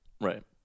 Right